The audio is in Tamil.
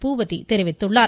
பூவதி தெரிவித்துள்ளார்